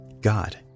God